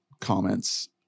comments